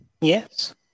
Yes